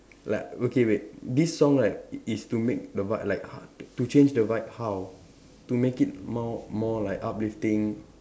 like okay wait this song right is to make the vibe like to change the vibe how to make it more more like uplifting